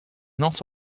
not